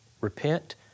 repent